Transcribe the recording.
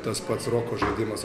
tas pats roko žaidimas